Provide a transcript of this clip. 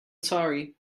sorry